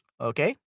Okay